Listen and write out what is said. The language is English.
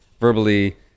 verbally